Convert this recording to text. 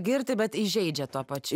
girti bet įžeidžia tuo pačiu